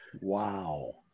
Wow